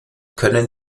können